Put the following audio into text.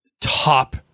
top